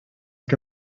que